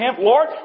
Lord